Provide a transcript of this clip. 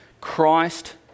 Christ